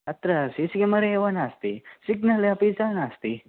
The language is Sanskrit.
अत्र सिसि एम् आर् एव नास्ति सिग्नल् अपि च नास्ति